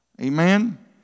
Amen